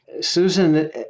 Susan